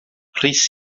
rhys